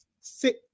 sit